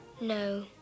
No